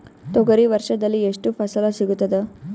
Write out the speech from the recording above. ತೊಗರಿ ವರ್ಷದಲ್ಲಿ ಎಷ್ಟು ಫಸಲ ಸಿಗತದ?